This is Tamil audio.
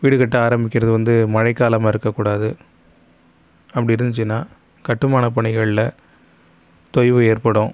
வீடு கட்ட ஆரமிக்கிறது வந்து மழை காலமாக இருக்கற கூடாது அப்படி இருந்துச்சுன்னா கட்டுமான பணிகளில் தொய்வு ஏற்படும்